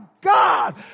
God